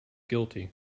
guilty